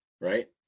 right